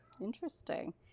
Interesting